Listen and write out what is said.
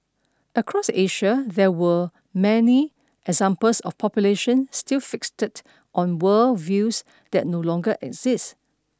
across Asia there were many examples of population still fixated on world views that no longer exist